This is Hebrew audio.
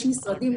יש משרדים,